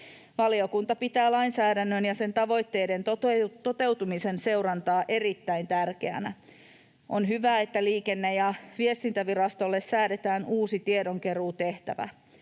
Valiokunta pitää lainsäädännön ja sen tavoitteiden toteutumisen seurantaa erittäin tärkeänä. On hyvä, että Liikenne- ja viestintävirastolle säädetään uusi tiedonkeruutehtävä.